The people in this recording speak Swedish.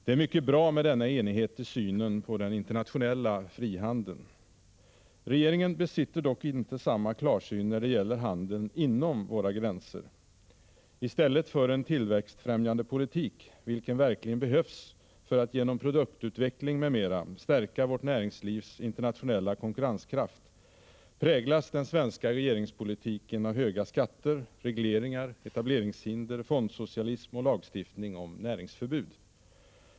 Det är mycket bra med denna enighet i synen på den internationella frihandeln. Regeringen besitter dock inte samma klarsyn när det gäller handeln inom våra gränser. I stället för en tillväxtfrämjande politik, vilken verkligen behövs för att genom produktutveckling m.m. stärka vårt näringslivs internationella konkurrenskraft, präglas den svenska regeringspolitiken av höga skatter, regleringar, etableringshinder, fondsocialism och lagstiftning om näringsförbud.